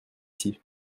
ici